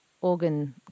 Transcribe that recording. organ